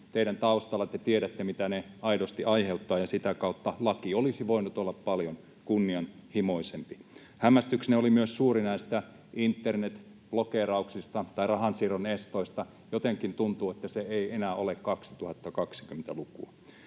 pelihaitat ja peliongelmat aidosti aiheuttavat, ja sitä kautta laki olisi voinut olla paljon kunnianhimoisempi. Hämmästyksenne oli suuri myös näistä internetblokeerauksista tai rahansiirron estoista. Jotenkin tuntuu, että se ei enää ole 2020-lukua.